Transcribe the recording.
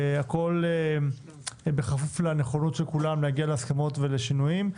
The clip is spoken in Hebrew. והכול בכפוף לנכונות של כולם להגיע להסכמות ולשינויים.